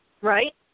Right